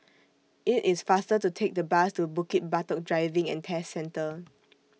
IT IS faster to Take The Bus to Bukit Batok Driving and Test Centre